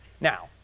Now